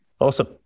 Awesome